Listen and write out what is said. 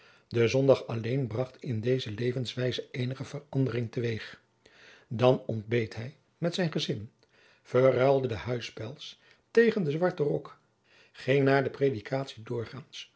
de zondag alleen bracht in deze levenswijze eenige verandering te weeg dan ontbeet hij met zijn gezin verruilde de huispels tegen den zwarten rok ging na de predikatie doorgaands